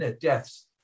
deaths